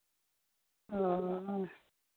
ᱦᱮᱸ